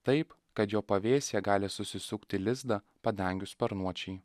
taip kad jo pavėsyje gali susisukti lizdą padangių sparnuočiai